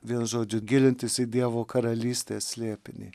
vienu žodžiu gilintis į dievo karalystės slėpinį